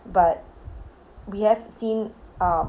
but we have seen uh